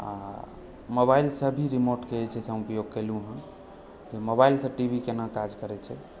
आओर मोबाइलके भी जे छै से रिमोटके प्रयोग कयलहुँ हँ तऽ मोबाइलसँ टी वी कोना काज करै छै